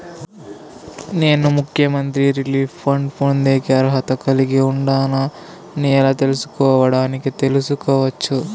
నేను ముఖ్యమంత్రి relief fund పొందేకి అర్హత కలిగి ఉండానా అని ఎలా తెలుసుకోవడానికి తెలుసుకోవచ్చు